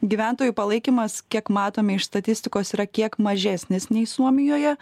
gyventojų palaikymas kiek matome iš statistikos yra kiek mažesnis nei suomijoje